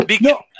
No